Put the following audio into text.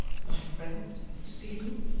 my friend deceive me?